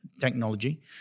technology